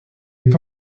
est